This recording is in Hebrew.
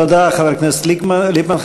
תודה, חבר הכנסת ליפמן.